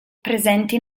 presenti